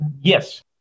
Yes